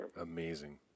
Amazing